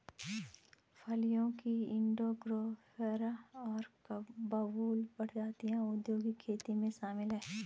फलियों की इंडिगोफेरा और बबूल प्रजातियां औद्योगिक खेती में शामिल हैं